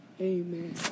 amen